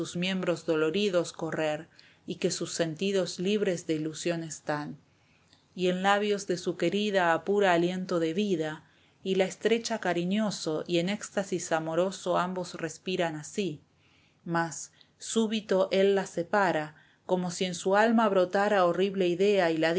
miembros doloridos correr y que sus sentidos libres de ilusión están y en labios de su querida apura aliento de vida y la estrecha cariñoso y en éxtasis amoroso ambos respiran así mas súbito él la separa como si en su alma brotara horrible idea y la